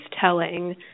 telling